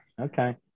Okay